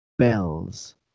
Bells